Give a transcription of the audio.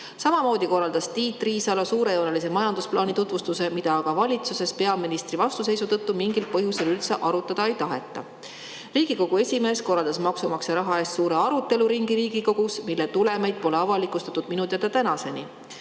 Samamoodi korraldas Tiit Riisalo suurejoonelise majandusplaani tutvustuse, mida aga valitsuses peaministri vastuseisu tõttu mingil põhjusel üldse arutada ei taheta. Riigikogu esimees korraldas Riigikogus maksumaksja raha eest suure aruteluringi, mille tulemeid pole minu teada tänaseni